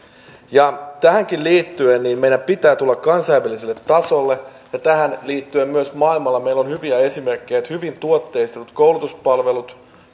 tähänkin liittyen meidän pitää tulla kansainväliselle tasolle ja tähän liittyen myös maailmalta meillä on hyviä esimerkkejä että hyvin tuotteistetut koulutuspalvelut